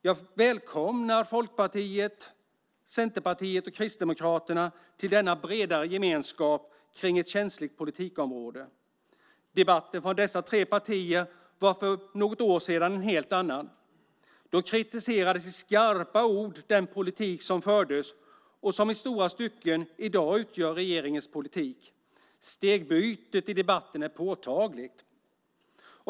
Jag välkomnar Folkpartiet, Centerpartiet och Kristdemokraterna till denna bredare gemenskap i ett känsligt politikområde. Debatten från dessa tre partier var för något år sedan en helt annan. Då kritiserades i skarpa ord den politik som fördes och som i stora stycken i dag utgör regeringens politik. Stegbytet i debatten är påtagligt.